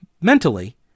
mentally